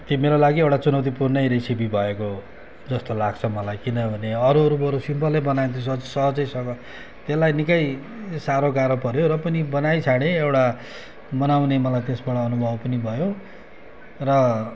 त्यो मेरो लागि एउटा चुनौतीपूर्णै रेसिपी भएको हो जस्तो लाग्छ मलाई किनभने अरू अरू बरु सिम्पलै बनाइ सहज सहजैसँग त्यसलाई निकै साह्रोगाह्रो पऱ्यो र पनि बनाइ छाडे एउटा बनाउने मलाई त्यसबाट अनुभव पनि भयो र